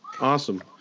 Awesome